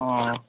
ꯑꯣ